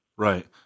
Right